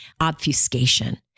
obfuscation